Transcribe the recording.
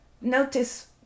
Notice